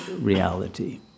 reality